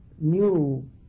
new